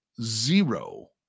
zero